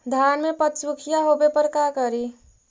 धान मे पत्सुखीया होबे पर का करि?